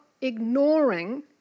ignoring